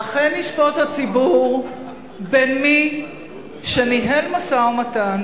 אכן ישפוט הציבור בין מי שניהל משא-ומתן